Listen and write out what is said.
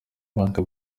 ubuhanga